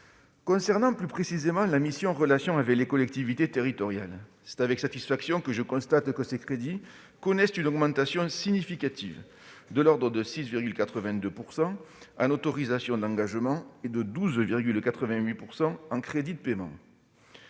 Concernant plus précisément la mission « Relations avec les collectivités territoriales », c'est avec satisfaction que je constate que ses crédits connaissent une augmentation significative, de l'ordre de 6,82 % en autorisations d'engagement et de 12,88 % en crédits de paiement,